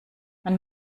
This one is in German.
man